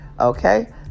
Okay